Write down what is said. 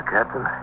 Captain